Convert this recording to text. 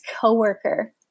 coworker